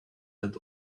that